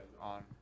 on